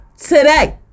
today